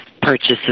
purchases